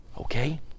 Okay